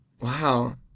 Wow